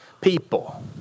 people